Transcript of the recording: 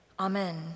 Amen